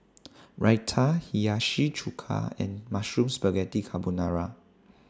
Raita Hiyashi Chuka and Mushroom Spaghetti Carbonara